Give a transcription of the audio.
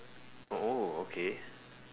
oh okay